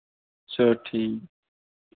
चलो ठीक